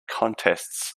contests